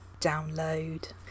download